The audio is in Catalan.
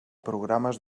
programes